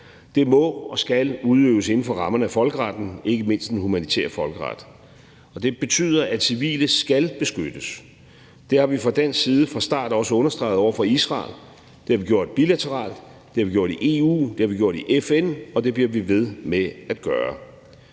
– må og skal udøves inden for rammerne af folkeretten, ikke mindst den humanitære folkeret. Det betyder, at civile skal beskyttes. Det har vi fra dansk side fra start også understreget over for Israel. Det har vi gjort bilateralt, det har vi gjort i EU, det har vi gjort i FN, og det bliver vi ved med at gøre.